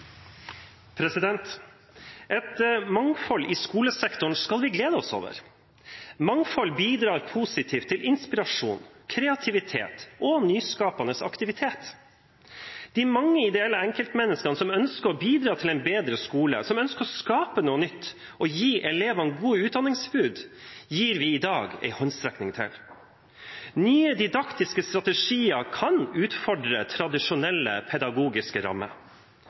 sitt. Et mangfold i skolesektoren skal vi glede oss over. Mangfold bidrar positivt til inspirasjon, kreativitet og nyskapende aktivitet. De mange ideelle enkeltmenneskene som ønsker å bidra til en bedre skole, som ønsker å skape noe nytt og gi elevene gode utdanningstilbud, gir vi i dag en håndsrekning til. Nye didaktiske strategier kan utfordre tradisjonelle pedagogiske rammer.